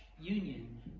union